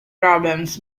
problems